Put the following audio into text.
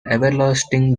everlasting